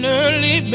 early